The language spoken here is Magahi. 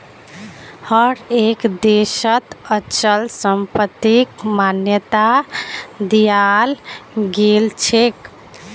हर एक देशत अचल संपत्तिक मान्यता दियाल गेलछेक